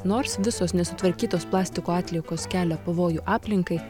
nors visos nesutvarkytos plastiko atliekos kelia pavojų aplinkai